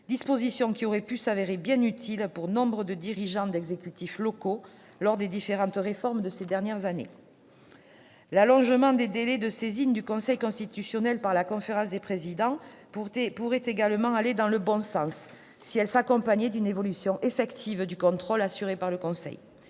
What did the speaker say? disposition aurait pu s'avérer bien utile pour nombre de dirigeants d'exécutifs locaux lors des différentes réformes de ces dernières années. L'allongement des délais de saisine du Conseil constitutionnel par la conférence des présidents pourrait également aller dans le bon sens si elle s'accompagnait d'une évolution effective du contrôle assuré par le Conseil